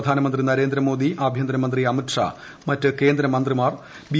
പ്രധാനമന്ത്രി നരേന്ദ്രമോദി ആഭ്യന്തരമൂന്യി അമിത് ഷാ മറ്റ് കേന്ദ്രമന്ത്രിമാർ ബി